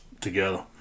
together